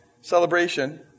celebration